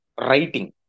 writing